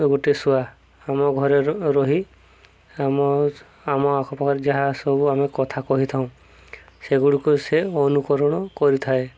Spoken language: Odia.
ଗୋଟେ ଶୁଆ ଆମ ଘରେ ରହି ଆମ ଆମ ଆଖ ପାାଖରେ ଯାହା ସବୁ ଆମେ କଥା କହିଥାଉ ସେଗୁଡ଼ିକୁ ସେ ଅନୁକରଣ କରିଥାଏ